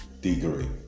degree